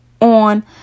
on